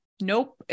nope